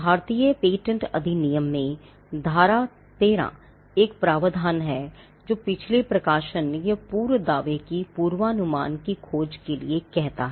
भारतीय पेटेंट अधिनियम में धारा 13 एक प्रावधान है जो पिछले प्रकाशन या पूर्व दावे की पूर्वानुमान की खोज के लिए कहता है